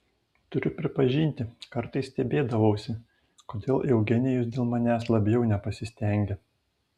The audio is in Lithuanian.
turiu pripažinti kartais stebėdavausi kodėl eugenijus dėl manęs labiau nepasistengia